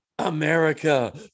America